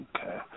Okay